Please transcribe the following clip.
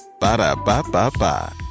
ba-da-ba-ba-ba